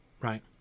right